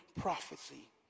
prophecy